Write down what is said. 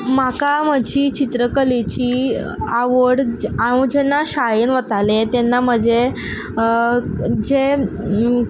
म्हाका म्हजी चित्रकलेची आवड ज हांव जेन्ना शाळेन वतालें तेन्ना म्हजे जे